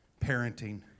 parenting